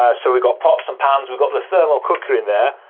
ah so we've got pots and pans, we've got the thermal cooker in there,